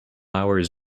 hours